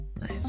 nice